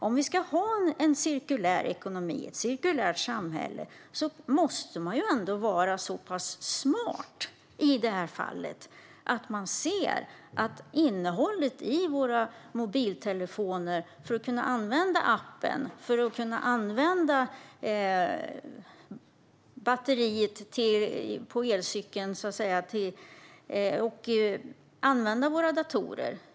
Om vi ska ha en cirkulär ekonomi och ett cirkulärt samhälle måste man ändå vara så pass smart att man ser till batterierna i våra mobiltelefoner för att kunna använda appar, i elcyklar och i datorer.